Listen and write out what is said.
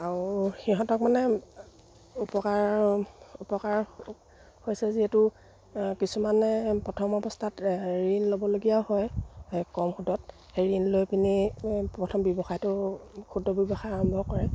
আৰু সিহঁতক মানে উপকাৰ হৈছে যিহেতু কিছুমানে প্ৰথম অৱস্থাত ঋণ ল'বলগীয়া হয় কম সুদত সেই ঋণ লৈ পিনি প্ৰথম ব্যৱসায়টো ক্ষুদ্ৰ ব্যৱসায় আৰম্ভ কৰে